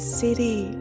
city